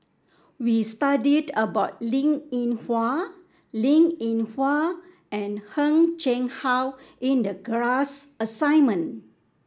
we studied about Linn In Hua Linn In Hua and Heng Chee How in the class assignment